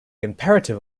imperative